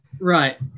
Right